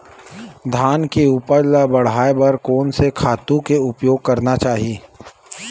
धान के उपज ल बढ़ाये बर कोन से खातु के उपयोग करना चाही?